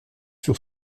sur